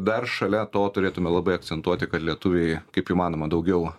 dar šalia to turėtume labai akcentuoti kad lietuviai kaip įmanoma daugiau